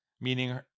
meaning